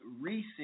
recent